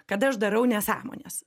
kad aš darau nesąmones